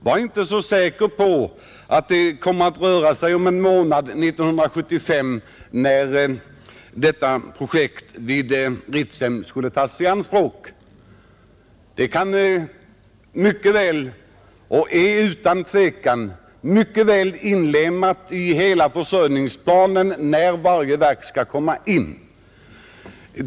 Var inte så säker på att det kommer att röra sig om en månads produktion som fattas 1975 när detta projekt vid Ritsem skulle tas i anspråk.